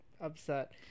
upset